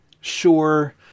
Sure